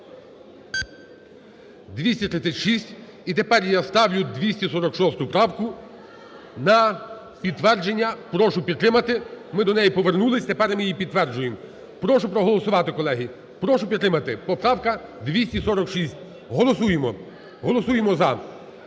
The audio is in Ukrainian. За-236 І тепер я ставлю 246 правку на підтвердження, прошу підтримати, ми до неї повернулись, тепер ми її підтверджуємо. Прошу проголосувати, колеги, прошу підтримати. Поправка 246. Голосуємо! Голосуємо за.